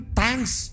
thanks